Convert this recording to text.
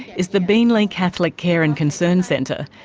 is the beenleigh catholic care and concern centre.